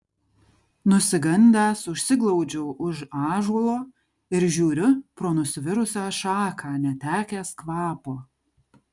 nusigandęs užsiglaudžiau už ąžuolo ir žiūriu pro nusvirusią šaką netekęs kvapo